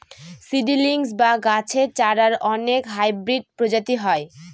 seedlings বা গাছের চারার অনেক হাইব্রিড প্রজাতি হয়